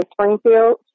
Springfield